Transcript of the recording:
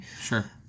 Sure